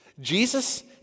Jesus